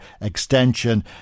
extension